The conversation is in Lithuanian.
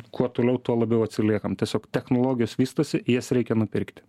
kuo toliau tuo labiau atsiliekam tiesiog technologijos vystosi jas reikia nupirkti